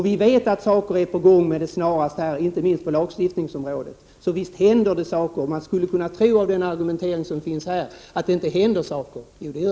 Vi vet att saker och ting är på gång inom en nära framtid, inte minst på lagstiftningsområdet, så visst händer det någonting! Man skulle av den argumentering som här har förts kunna tro att så inte är fallet.